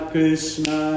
Krishna